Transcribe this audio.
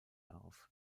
auf